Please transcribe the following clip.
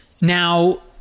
Now